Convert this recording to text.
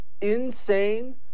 insane